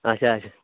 اَچھا اَچھا